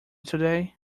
today